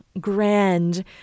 grand